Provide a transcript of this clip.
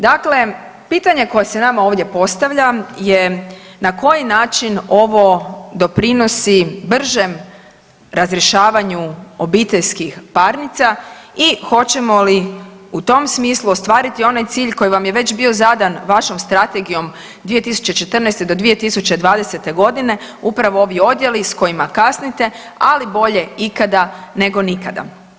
Dakle, pitanje koje se nama ovdje postavlja je na koji način ovo doprinosi bržem razrješavanju obiteljskih parnica i hoćemo li u tom smislu ostvariti onaj cilj koji vam je već bio zadan vašom strategijom 2014. do 2020. godine upravo ovi odjeli s kojima kasnite, ali bolje ikada nego nikada.